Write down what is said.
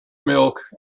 milk